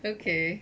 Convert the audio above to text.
okay